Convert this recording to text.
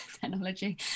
technology